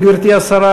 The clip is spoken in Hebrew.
וגברתי השרה,